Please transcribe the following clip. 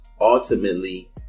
ultimately